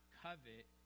covet